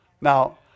now